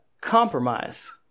compromise